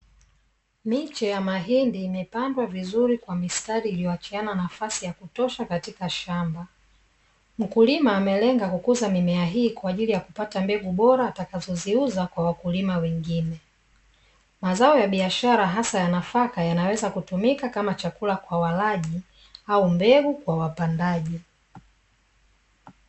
Miche ya mahindi imepandwa vizuri kwa mistari iliyoachiana nafasi ya kutosha katika shamba. Mkulima amelenga kukuza mimea hii kwa ajili ya kupata mbegu bora atakazoziuza kwa wakulima wengine. Mazao ya biashara hasa ya nafaka yanaweza kutumika kama chakula kwa walaji au mbegu kwa wapandaji.